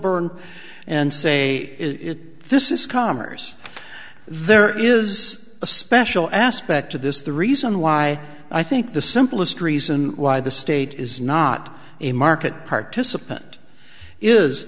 burn and say it this is commerce there is a special aspect to this the reason why i think the simplest reason why the state is not a market participant is